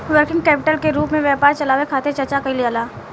working capital के रूप में व्यापार चलावे खातिर चर्चा कईल जाला